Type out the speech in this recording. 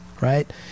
right